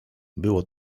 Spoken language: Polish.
było